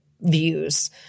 views